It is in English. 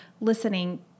listening